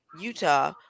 Utah